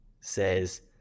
says